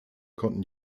konnten